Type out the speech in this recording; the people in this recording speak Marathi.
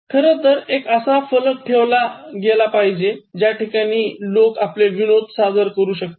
खरतर एक असा फलक ठेवला पाहिजे कि ज्याठिकाणी लोक आपले विनोद सादर करू शकतील